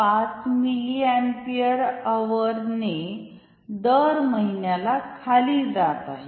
5मिली ampere अवरने दर महिन्याला खाली जात आहे